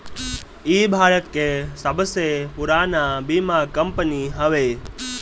इ भारत के सबसे पुरान बीमा कंपनी हवे